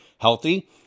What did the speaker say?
healthy